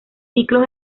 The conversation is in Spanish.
ciclos